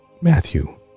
Matthew